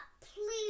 please